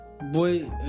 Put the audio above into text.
Boy